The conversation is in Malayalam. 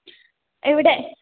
എവിടെ